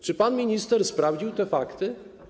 Czy pan minister sprawdził te fakty?